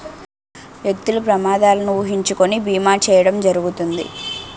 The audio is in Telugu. వ్యక్తులు ప్రమాదాలను ఊహించుకొని బీమా చేయడం జరుగుతుంది